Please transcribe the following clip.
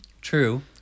True